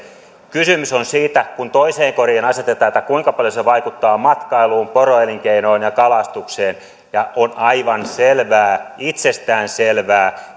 kysymys on siitä että kun toiseen koriin asetetaan se kuinka paljon se vaikuttaa matkailuun poroelinkeinoon ja kalastukseen niin on aivan selvää itsestäänselvää